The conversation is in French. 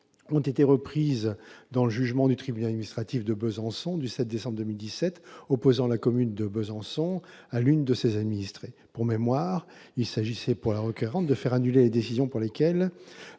ont été reprises dans le jugement du tribunal administratif de Besançon du 7 décembre 2017 opposant la commune de Besançon à l'une de ses administrées. Pour mémoire, il s'agissait pour la requérante de faire annuler les décisions par lesquelles